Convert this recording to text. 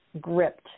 gripped